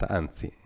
anzi